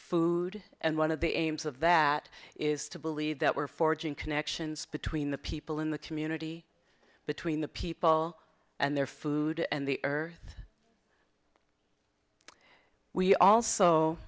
food and one of the aims of that is to believe that we're forging connections between the people in the community between the people and their food and the earth we also